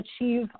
achieve